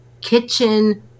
kitchen